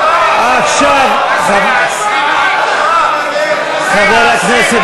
מכיוון שמדובר בתקציב אפס, כנראה מבחינה פורמלית